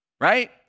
right